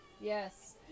Yes